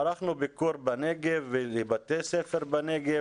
ערכנו ביקור לבתי ספר בנגב,